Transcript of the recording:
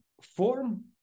form